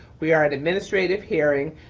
we are at administrative hearing.